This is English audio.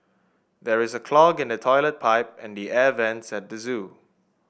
there is a clog in the toilet pipe and the air vents at the zoo